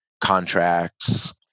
contracts